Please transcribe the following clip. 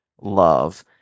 love